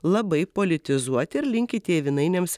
labai politizuoti ir linki tėvynainiams